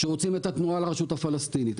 שרוצים את התנועה לרשות הפלסטינית.